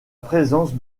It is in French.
présence